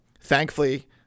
thankfully